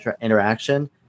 interaction